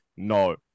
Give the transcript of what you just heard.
No